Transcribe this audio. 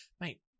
mate